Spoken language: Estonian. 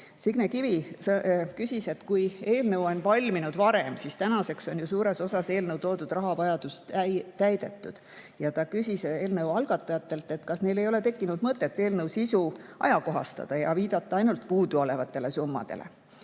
Signe Kivi küsis, et kui eelnõu on valminud varem, siis tänaseks on suures osas eelnõus toodud rahavajadus täidetud, ja ta küsis eelnõu algatajatelt, kas neil ei ole tekkinud mõtet eelnõu sisu ajakohastada ja viidata ainult puuduolevatele summadele.